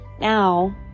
now